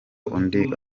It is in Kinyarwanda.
undi